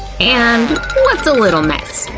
and what's a little mess?